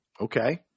Okay